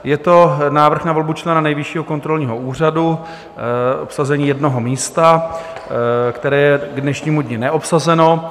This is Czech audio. Je to návrh na volbu člena Nejvyššího kontrolního úřadu, obsazení jednoho místa, které je k dnešnímu dni neobsazeno.